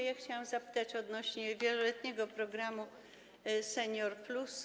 Ja chciałam zadać pytanie odnośnie do wieloletniego programu „Senior+”